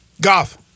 Goff